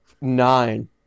nine